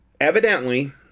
evidently